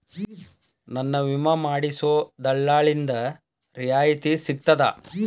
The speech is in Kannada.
ನನ್ನ ವಿಮಾ ಮಾಡಿಸೊ ದಲ್ಲಾಳಿಂದ ರಿಯಾಯಿತಿ ಸಿಗ್ತದಾ?